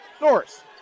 Norris